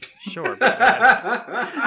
sure